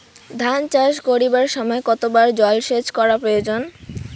ধান চাষ করিবার সময় কতবার জলসেচ করা প্রয়োজন?